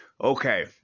Okay